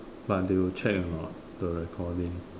but they will check or not the recording